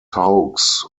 hoax